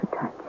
touch